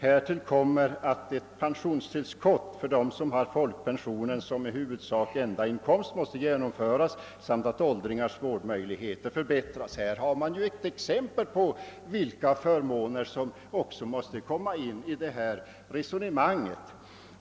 Härtill kommer att ett pensionstillskott för dem som har folkpensionen som i huvudsak enda inkomst måste genomföras samt att åldringars vårdmöjligheter bör förbättras.» Detta är också ett exempel på förmåner som måste komma in i resonemanget.